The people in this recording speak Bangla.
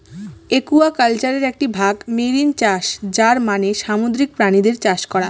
একুয়াকালচারের একটি ভাগ মেরিন চাষ যার মানে সামুদ্রিক প্রাণীদের চাষ করা